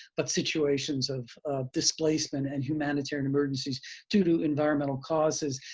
but situations of displacement and humanitarian emergencies due to environmental causes.